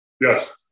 yes